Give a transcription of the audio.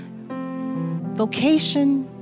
vocation